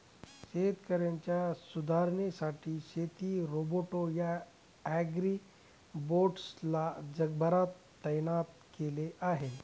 शेतकऱ्यांच्या सुधारणेसाठी शेती रोबोट या ॲग्रीबोट्स ला जगभरात तैनात केल आहे